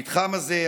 המתחם הזה,